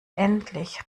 endlich